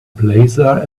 plaza